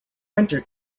winter